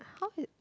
how it